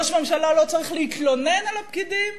ראש ממשלה לא צריך להתלונן על הפקידים,